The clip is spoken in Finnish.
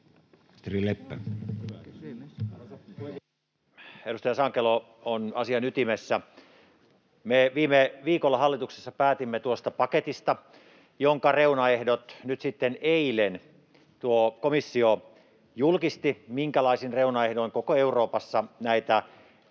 Edustaja Sankelo on asian ytimessä. Me viime viikolla päätimme hallituksessa tuosta paketista, jonka reunaehdot nyt sitten eilen komissio julkisti, sen, minkälaisin reunaehdoin koko Euroopassa näitä